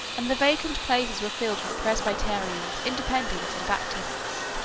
and the vacant places were filled with presbyterians, independents, and baptists.